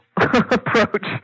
approach